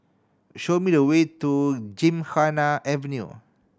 show me the way to Gymkhana Avenue